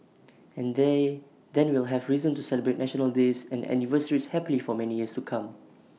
and they then we'll have reason to celebrate national days and anniversaries happily for many years to come